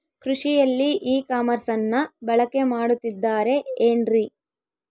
ಕೃಷಿಯಲ್ಲಿ ಇ ಕಾಮರ್ಸನ್ನ ಬಳಕೆ ಮಾಡುತ್ತಿದ್ದಾರೆ ಏನ್ರಿ?